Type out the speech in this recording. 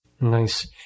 Nice